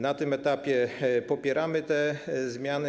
Na tym etapie popieramy te zmiany.